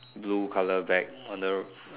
blue colour bag on the